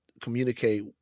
communicate